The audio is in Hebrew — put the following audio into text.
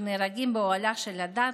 שנהרגים באוהלה של הדת,